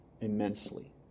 immensely